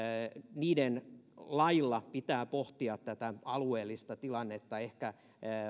niiden lailla pitää pohtia tätä alueellista tilannetta ehkä